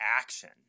action